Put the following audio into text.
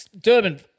Durban